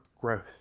growth